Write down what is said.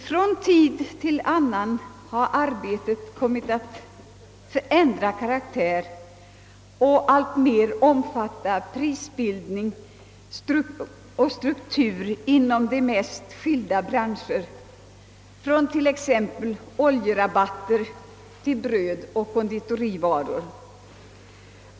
Från tid till annan har arbetet kommit att omfatta prisbildning och struktur inom de mest skilda branscher, från t.ex. oljerabatter till priser på bröd och konditorivaror.